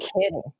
kidding